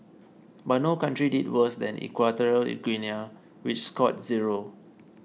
but no country did worse than Equatorial Guinea which scored zero